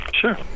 Sure